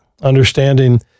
understanding